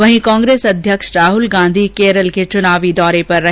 वहीं कांग्रेस अध्यक्ष राहल गांधी केरल के चुनावी दौरे पर रहे